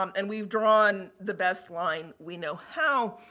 um and we've drawn the best line we know how.